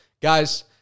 Guys